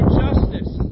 justice